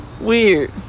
weird